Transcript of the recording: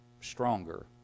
stronger